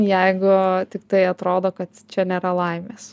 jeigu tiktai atrodo kad čia nėra laimės